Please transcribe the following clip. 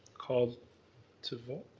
called to vote,